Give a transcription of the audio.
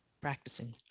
practicing